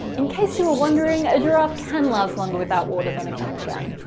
in case you were wondering a giraffe can last longer without water than a camel can.